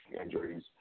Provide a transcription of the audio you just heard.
injuries